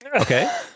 Okay